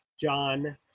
John